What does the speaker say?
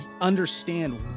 understand